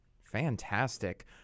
Fantastic